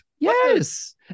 Yes